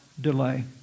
delay